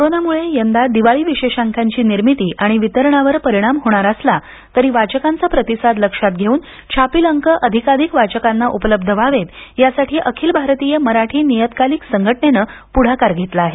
कोरोनामुळे यंदा दिवाळी विशेषांकाची निर्मिती आणि वितरणावर परिणाम होणार असला तरी वाचकांचा प्रतिसाद लक्षात घेऊन छापील अंक अधिकाधिक वाचकांना उपलब्ध व्हावेत यासाठी अखिल भारतीय मराठी नियतकालिक संघटनेनं पुढाकार घेतला आहे